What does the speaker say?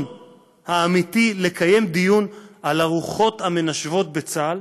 האמיתי לקיים דיון על הרוחות המנשבות בצה"ל,